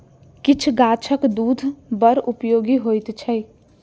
किछ गाछक दूध बड़ उपयोगी होइत छै